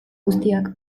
guztiak